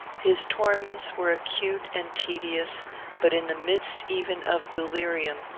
his torments were acute and tedious but, in the midst even of delirium,